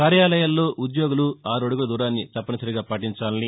కార్యాలయాల్లో ఉద్యోగులు ఆరు అడుగుల దూరాన్ని తప్పనిసరిగా పాటించాలని